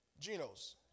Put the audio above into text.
Genos